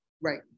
right